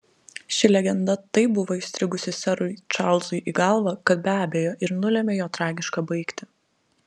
ši legenda taip buvo įstrigusi serui čarlzui į galvą kad be abejo ir nulėmė jo tragišką baigtį